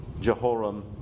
Jehoram